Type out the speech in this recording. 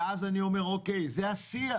ואז אני אומר אוקיי, זה השיח,